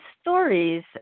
stories